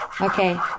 Okay